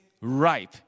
ripe